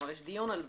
יש דיון על זה.